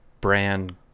brand